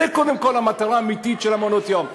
זו, קודם כול, המטרה האמיתית של מעונות-היום.